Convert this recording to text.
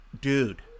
Dude